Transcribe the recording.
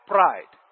Pride